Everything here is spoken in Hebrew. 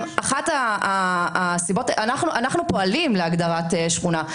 אנחנו פועלים להגדרת שכונה.